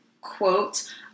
quote